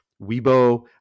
Weibo